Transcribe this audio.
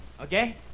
Okay